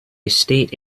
estate